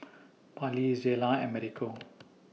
Pallie Zela and Americo